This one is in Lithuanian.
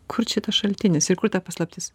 kur čia tas šaltinis ir kur ta paslaptis